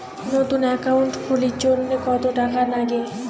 নতুন একাউন্ট খুলির জন্যে কত টাকা নাগে?